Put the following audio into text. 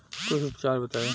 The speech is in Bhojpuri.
कुछ उपचार बताई?